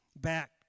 back